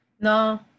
No